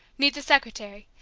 needs a secretary,